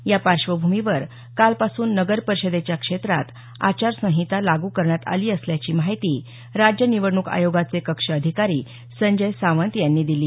या पार्श्वभूमीवर कालपासून नगर परिषदेच्या क्षेत्रात आचार संहिता लागू करण्यात आली असल्याची माहिती राज्य निवडणूक आयोगाचे कक्ष अधिकारी संजय सावंत यांनी दिली